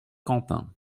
quentin